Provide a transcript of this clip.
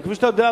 וכמו שאתה יודע,